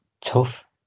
tough